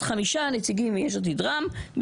אז יש חמישה נציגים מיש עתיד ורע"ם.